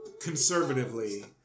conservatively